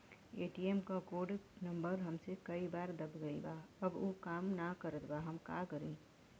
ATM क code number हमसे कई बार दब गईल बा अब उ काम ना करत बा हम का करी?